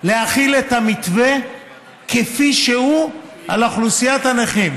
להחיל את המתווה כפי שהוא על אוכלוסיית הנכים,